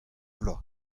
vloaz